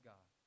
God